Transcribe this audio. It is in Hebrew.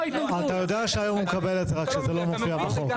אתה יודע שהיום הוא מקבל את זה רק שזה לא מופיע בחוק.